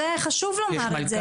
זה חשוב לומר את זה.